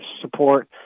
support